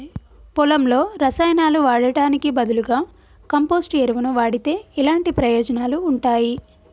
పొలంలో రసాయనాలు వాడటానికి బదులుగా కంపోస్ట్ ఎరువును వాడితే ఎలాంటి ప్రయోజనాలు ఉంటాయి?